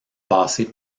passé